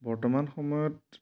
বৰ্তমান সময়ত